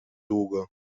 długo